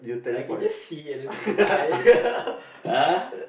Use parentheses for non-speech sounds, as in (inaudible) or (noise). I can just see and then bye (laughs) ah